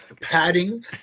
padding